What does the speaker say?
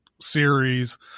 series